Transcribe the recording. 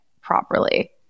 properly